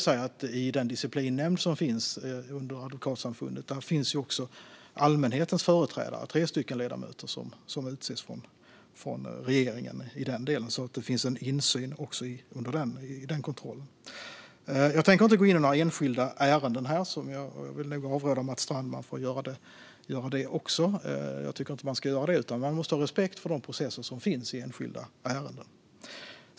I den disciplinnämnd som finns inom Advokatsamfundet finns också allmänhetens företrädare, och dessa tre ledamöter utses av regeringen. Det finns alltså en insyn också i den kontrollen. Jag tänker inte gå in på några enskilda ärenden och avråder även Mikael Strandman från det. Jag tycker inte att man ska göra det utan ha respekt för de processer som finns i enskilda ärenden.